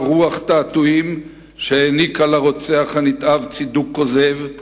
רוח תעתועים שהעניקה לרוצח הנתעב צידוק כוזב.